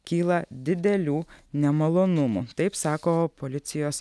kyla didelių nemalonumų taip sako policijos